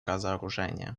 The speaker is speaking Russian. разоружения